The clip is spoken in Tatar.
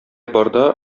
барда